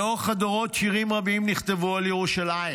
לאורך הדורות שירים רבים נכתבו על ירושלים